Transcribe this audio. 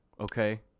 okay